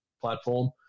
platform